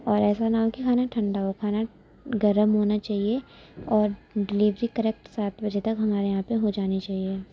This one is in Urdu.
اور ایسا نہ ہو کہ کھانا ٹھنڈا ہو کھانا گرم ہونا چاہیے اور ڈلیوری کریکٹ سات بجے تک ہمارے یہاں پہ ہو جانی چاہیے